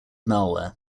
malware